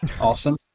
Awesome